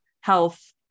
health